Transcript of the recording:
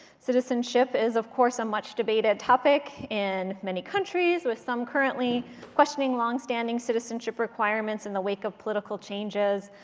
citizenship is, of course, a much debated topic in many countries, with some currently questioning longstanding citizenship requirements in the wake of political changes.